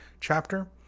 chapter